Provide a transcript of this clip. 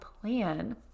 plan